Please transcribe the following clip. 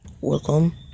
welcome